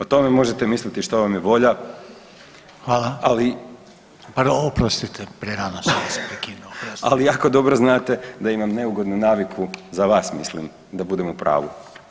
O tome možete misliti što vam je volja, [[Upadica Reiner: Hvala.]] ali [[Upadica Reiner: Oprostite, prerano sam vas prekinuo.]] ali jako dobro znate da imam neugodnu naviku za vas mislim, da budem u pravu.